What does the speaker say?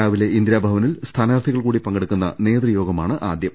രാവിലെ ഇന്ദിരാഭവനിൽ സ്ഥാനാർത്ഥികൾ കൂടി പങ്കെടുക്കുന്ന നേതൃ യോഗമാണ് ആദ്യം